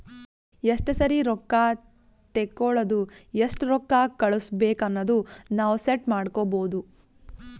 ಎಸ್ಟ ಸರಿ ರೊಕ್ಕಾ ತೇಕೊಳದು ಎಸ್ಟ್ ರೊಕ್ಕಾ ಕಳುಸ್ಬೇಕ್ ಅನದು ನಾವ್ ಸೆಟ್ ಮಾಡ್ಕೊಬೋದು